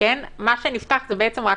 מה שנפתח זה רק המלונות.